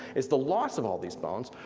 is the loss of all these bones,